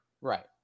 Right